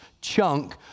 chunk